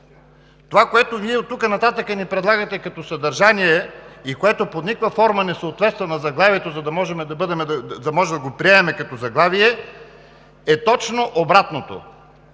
Това, което Вие оттук нататък ни предлагате като съдържание и което под никаква форма не съответства на заглавието, за да можем да го приемем като заглавие, е точно обратното.